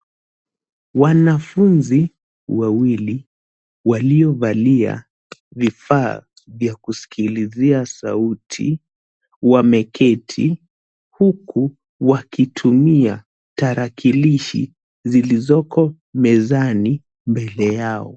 Wanafunzi wawili waliovalia vifaa vya kusikilizia sauti wameketi huku wakitumia tarakilishi zilizoko mezani mbele yao.